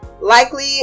likely